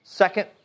Second